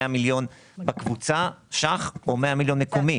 100 מיליון שקלים בקבוצה או 100 מיליון מקומה.